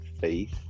faith